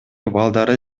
балдары